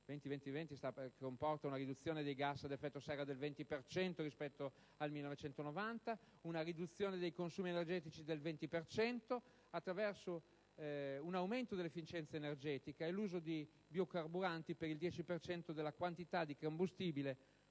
20-20-20 (che comporta una riduzione dei gas ad effetto serra del 20 per cento rispetto al 1990, una riduzione dei consumi energetici del 20 per cento, attraverso un aumento dell'efficienza energetica e l'uso dei biocarburanti per il 10 per cento della quantità di combustibile